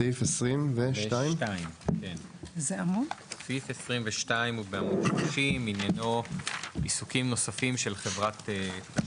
סעיף 22. סעיף 22 ענייניו "עיסוקים נוספים של חברת תשלומים".